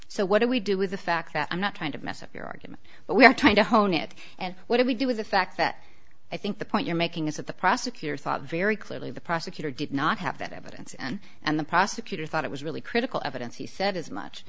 so what do we do with the fact that i'm not kind of mess of your argument but we're trying to hone it and what do we do with the fact that i think the point you're making is that the prosecutor thought very clearly the prosecutor did not happen evidence and and the prosecutor thought it was really critical evidence he said as much